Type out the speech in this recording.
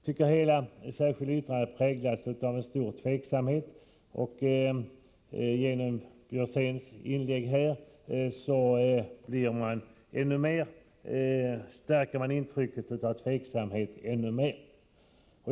Hela det särskilda yttrandet präglas av en stor tveksamhet, och Karl Björzéns inlägg stärker intrycket av tveksamhet ännu mer.